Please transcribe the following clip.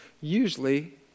usually